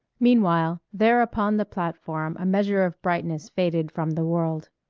meanwhile there upon the platform a measure of brightness faded from the world.